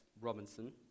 Robinson